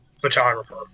photographer